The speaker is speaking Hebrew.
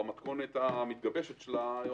במתכונת המתגבשת שלה,